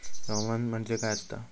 हवामान म्हणजे काय असता?